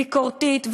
ביקורתית,